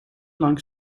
lang